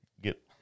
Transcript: get